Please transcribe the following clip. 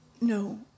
no